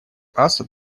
асад